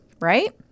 Right